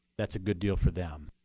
that's a good deal for them.